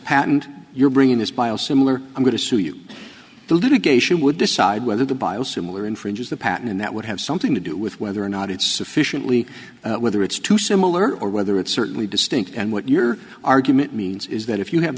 patent you're bringing this biosimilars i'm going to sue you the litigation would decide whether the bio similar infringes the pattern and that would have something to do with whether or not it's sufficiently whether it's too similar or whether it's certainly distinct and what your argument means is that if you have